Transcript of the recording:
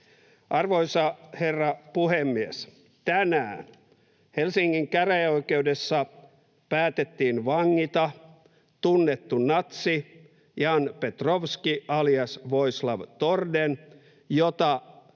Arvoisa herra puhemies! Tänään Helsingin käräjäoikeudessa päätettiin vangita tunnettu natsi Jan Petrovski, alias Voislav Torden, jota